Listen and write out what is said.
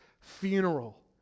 funeral